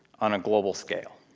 on a global scale.